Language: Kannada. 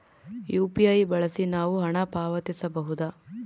ಯು.ಪಿ.ಐ ಬಳಸಿ ನಾವು ಹಣ ಪಾವತಿಸಬಹುದಾ?